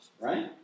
right